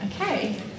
Okay